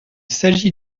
s’agit